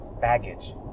baggage